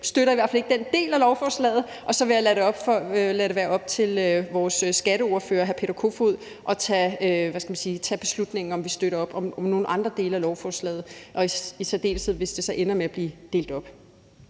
støtter i hvert fald ikke den del af lovforslaget. Og så vil jeg lade det være op til vores skatteordfører, hr. Peter Kofod, at tage beslutning om, om vi støtter op om nogle andre dele af lovforslaget, i særdeleshed hvis det ender med at blive delt op.